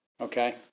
okay